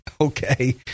okay